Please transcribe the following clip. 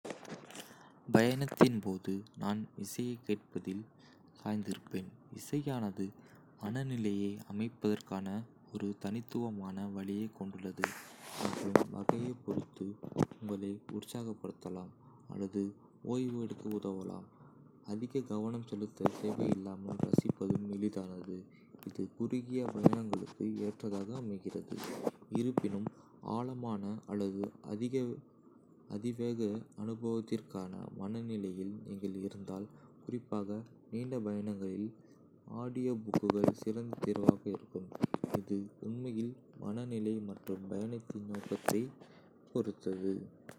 பயணத்தின் போது நான் இசையைக் கேட்பதில் சாய்ந்திருப்பேன். இசையானது மனநிலையை அமைப்பதற்கான ஒரு தனித்துவமான வழியைக் கொண்டுள்ளது மற்றும் வகையைப் பொறுத்து உங்களை உற்சாகப்படுத்தலாம் அல்லது ஓய்வெடுக்க உதவலாம். அதிக கவனம் செலுத்தத் தேவையில்லாமல் ரசிப்பதும் எளிதானது, இது குறுகிய பயணங்களுக்கு ஏற்றதாக அமைகிறது. இருப்பினும், ஆழமான அல்லது அதிக அதிவேக அனுபவத்திற்கான மனநிலையில் நீங்கள் இருந்தால், குறிப்பாக நீண்ட பயணங்களில் ஆடியோபுக்குகள் சிறந்த தேர்வாக இருக்கும். இது உண்மையில் மனநிலை மற்றும் பயணத்தின் நோக்கத்தைப் பொறுத்தது